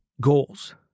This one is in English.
goals